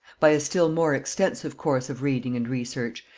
by a still more extensive course of reading and research,